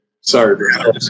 Sorry